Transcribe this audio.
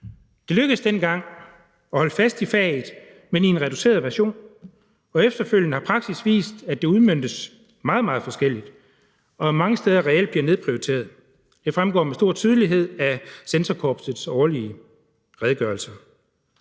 Det lykkedes dengang at holde fast i faget, men i en reduceret version, og efterfølgende har praksis vist, at det udmøntes meget, meget forskelligt og mange steder reelt bliver nedprioriteret. Det fremgår med stor tydelighed af censorkorpsets årlige redegørelser.